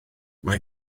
mae